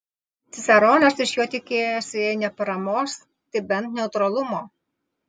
ciceronas iš jo tikėjosi jei ne paramos tai bent neutralumo